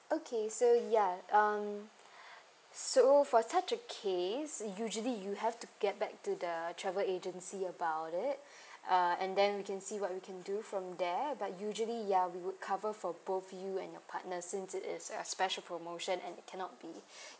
okay so ya um so for such a case usually you have to get back to the travel agency about it uh and then we can see what we can do from there but usually ya we would cover for both you and your partner since it's a special promotion and it cannot be